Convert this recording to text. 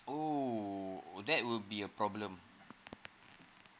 oh that would be a problem